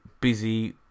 busy